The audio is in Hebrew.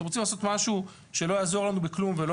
אתם רוצים לעשות משהו שלא יעזור לנו בכלום ולא